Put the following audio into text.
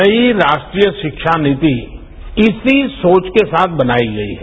नई राष्ट्रीय शिक्षा नीति इसी सोच के साथ बनाई गई है